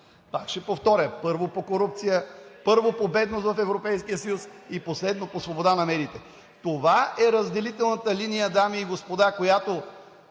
Пак ще повторя: първо по корупция, първо по бедност в Европейския съюз и последно по свобода на медиите. Това е разделителната линия, дами и господа, която